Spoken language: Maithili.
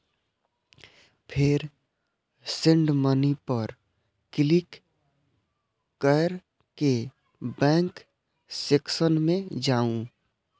फेर सेंड मनी पर क्लिक कैर के बैंक सेक्शन मे जाउ